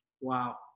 Wow